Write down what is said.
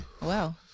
Wow